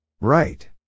Right